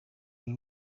buri